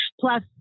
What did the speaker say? Plus